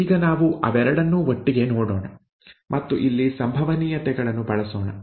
ಈಗ ನಾವು ಅವೆರಡನ್ನೂ ಒಟ್ಟಿಗೆ ನೋಡೋಣ ಮತ್ತು ಇಲ್ಲಿ ಸಂಭವನೀಯತೆಗಳನ್ನು ಬಳಸೋಣ